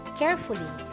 carefully